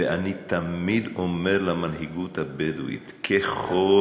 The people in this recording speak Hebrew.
ואני תמיד אומר למנהיגות הבדואית: ככל